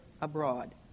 abroad